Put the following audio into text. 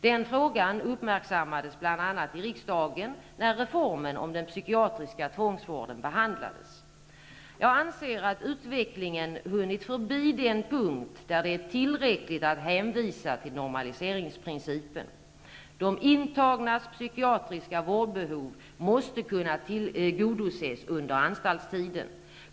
Den frågan uppmärksammades bl.a. i riksdagen när reformen om den psykiatriska tvångsvården behandlades. Jag anser att utvecklingen hunnit förbi den punkt där det är tillräckligt att hänvisa till normaliseringsprincipen. De intagnas psykiatriska vårdbehov måste kunna tillgodoses under anstaltstiden.